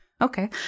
Okay